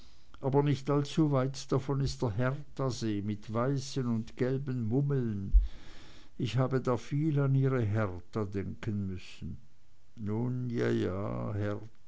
aber nicht allzuweit davon ist der herthasee mit weißen und gelben mummeln ich habe da viel an ihre hertha denken müssen nun ja ja